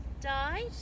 died